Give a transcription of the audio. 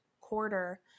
quarter